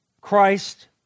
Christ